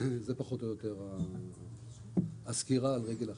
זה פחות או יותר הסקירה על רגל אחת.